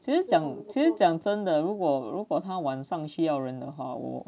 其实讲讲真的如果如果他晚上需要人的话我